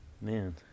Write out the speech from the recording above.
Man